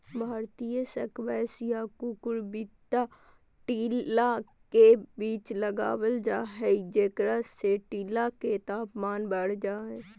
भारतीय स्क्वैश या कुकुरविता टीला के बीच लगावल जा हई, जेकरा से टीला के तापमान बढ़ जा हई